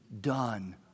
done